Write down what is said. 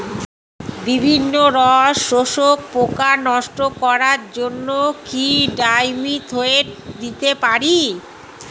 বিভিন্ন রস শোষক পোকা নষ্ট করার জন্য কি ডাইমিথোয়েট দিতে পারি?